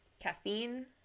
caffeine